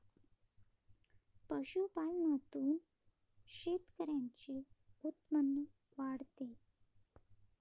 पशुपालनातून शेतकऱ्यांचे उत्पन्न वाढते